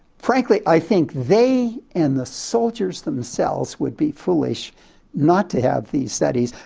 frankly i think they and the soldiers themselves would be foolish not to have these studies.